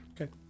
Okay